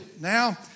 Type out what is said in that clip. Now